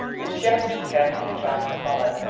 which geoffrey scarcely tried to follow.